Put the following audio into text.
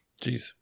Jeez